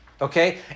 okay